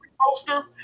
poster